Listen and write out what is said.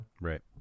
Right